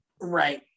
Right